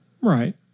Right